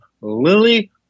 Lily